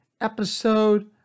episode